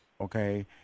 okay